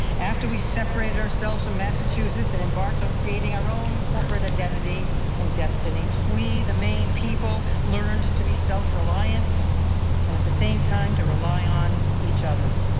after we separated ourselves from and massachusetts and embarked on creating our own corporate identity and destiny, we the maine people, learned to be self-reliant and, at the same time, to rely on each other.